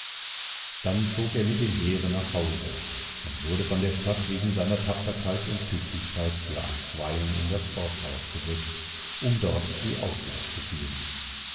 dann zog er mit dem heere nach hause und wurde von der stadt wegen seiner tapferkeit und tüchtigkeit für einstweilen in das forsthaus gesetzt um dort die aufsicht zu führen